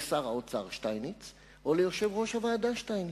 לשר האוצר שטייניץ או ליושב-ראש הוועדה שטייניץ.